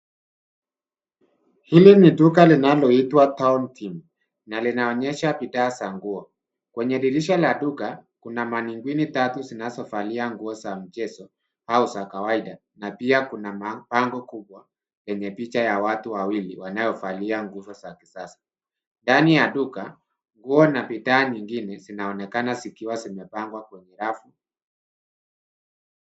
Hili ni duka linaloitwa Thaontim na linaonyesha bidhaa za nguo. Kwenye dirisha la duka, kuna maningini tatu zinazovalia nguo za michezo au za kawaida na pia kuna mabango kubwa yenye picha ya watu wawili wanaovalia nguo za kisasa. Ndani ya duka, huwa na bidhaa nyingine zinaonekana zikiwa zimepangwa kwenye rafu.